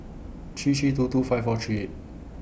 three three two two five four three eight